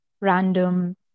random